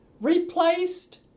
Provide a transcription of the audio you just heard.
replaced